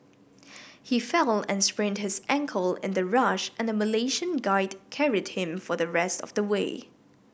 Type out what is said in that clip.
he fell and sprained his ankle in the rush and a Malaysian guide carried him for the rest of the way